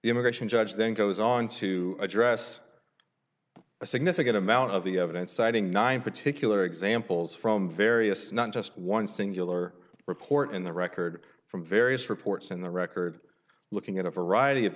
immigration judge then goes on to address a significant amount of the evidence citing nine particular examples from various not just one singular report in the record from various reports in the record looking at a variety of